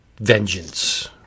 Vengeance